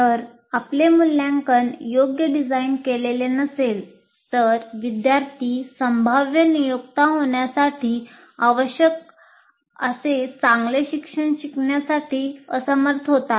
जर आपले मूल्यांकन योग्य डिझाइन केलेले नसेल तर विद्यार्थी संभाव्य नियोक्ता होण्यासाठी आवश्यक असे चांगले शिक्षण शिकण्यासाठी असमर्थ होतात